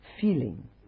feeling